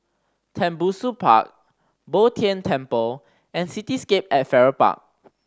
Tembusu Park Bo Tien Temple and Cityscape at Farrer Park